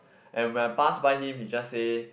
and when I pass by him he just say